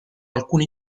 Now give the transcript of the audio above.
alcuni